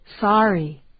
sorry